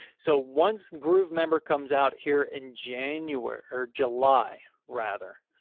so once groovemember comes out here in january or july rather,